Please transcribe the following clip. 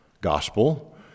gospel